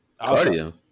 Cardio